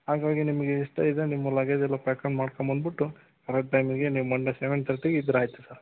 ಹಾಗಾಗಿ ನಿಮಗೆ ಇಷ್ಟ ಇದ್ದರೆ ನಿಮ್ಮ ಲಗೇಜೆಲ್ಲ ಪ್ಯಾಕಂಡ್ ಮಾಡ್ಕೊಂಡು ಬಂದುಬಿಟ್ಟು ಕರೆಕ್ಟ್ ಟೈಮ್ಗೆ ನೀವು ಮಂಡೇ ಸೆವೆನ್ ಥರ್ಟಿಗೆ ಇದ್ರಾಯ್ತು ಸರ್